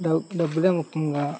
డ డబ్బులే ముఖ్యంగా